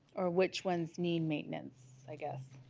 or which ones need maintenance, i guess